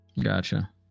Gotcha